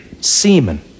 semen